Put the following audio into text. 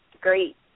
great